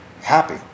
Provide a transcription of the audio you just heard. happy